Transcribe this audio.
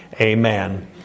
Amen